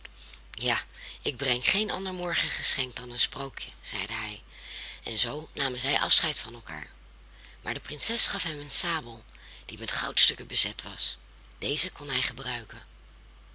ja ik breng geen ander morgengeschenk dan een sprookje zeide hij en zoo namen zij afscheid van elkaar maar de prinses gaf hem een sabel die met goudstukken bezet was deze kon hij gebruiken